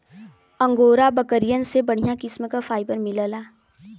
angora बकरियन से बढ़िया किस्म क फाइबर मिलला